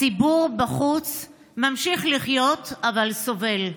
הציבור בחוץ ממשיך לחיות, אבל סובל.